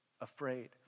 afraid